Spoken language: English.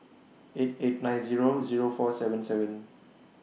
eight eight nine Zero Zero four seven seven